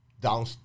down